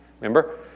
Remember